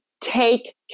take